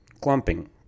clumping